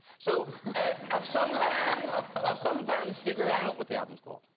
so um some fans um some fans figured out what the album's called.